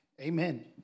amen